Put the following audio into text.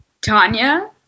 Tanya